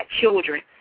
children